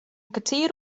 kertier